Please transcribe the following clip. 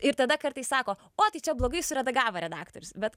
ir tada kartais sako o tai čia blogai suredagavo redaktorius bet